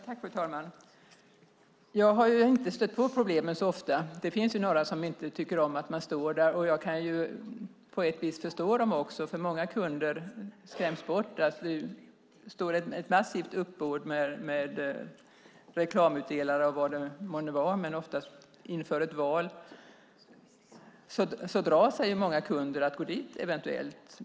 Fru talman! Jag har inte stött på problemet så ofta. Det finns ju några som inte tycker om att man står där, och jag kan på sätt och vis förstå dem. Många kunder skräms ju bort av att det står ett massivt uppbåd av reklamutdelare oavsett vad det är de gör reklam för, men särskilt inför ett val drar sig eventuellt många kunder för att gå dit.